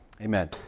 Amen